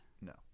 No